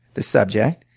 the subject,